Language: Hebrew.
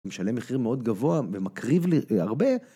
משלם מחיר מאוד גבוה ומקריב ל.. הרבה